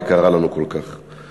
היקרה לנו כל כך.